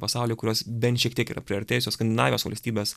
pasaulyje kurios bent šiek tiek yra priartėjusios skandinavijos valstybės